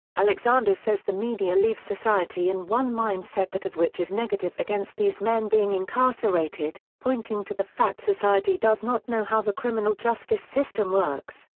alexander says the media leaves society in one mindset that of which is negative against these men being incarcerated, pointing to the fact society does not know how the criminal justice system works.